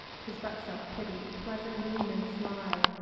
tis but self-pity, pleasant, mean, and sly,